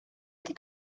wedi